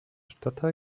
stadtteil